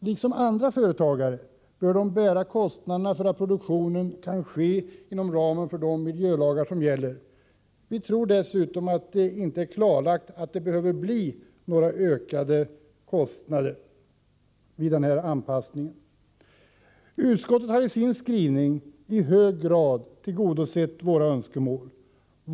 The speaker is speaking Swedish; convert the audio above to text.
Liksom andra företagare bör dessa bära kostnaderna för att produktionen skall kunna ske inom ramen för de miljölagar som gäller. Vi tror dessutom att det inte är klarlagt att det behöver bli några ökade kostnader vid denna anpassning. Utskottet har i sin skrivning i hög grad tillgodosett våra önskemål.